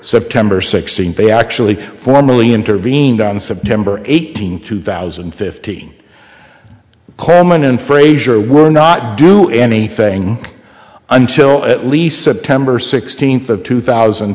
september sixteenth they actually formally intervened on september eighteenth two thousand and fifteen kerman and frazier were not do anything until at least september sixteenth of two thousand